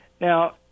Now –